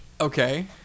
Okay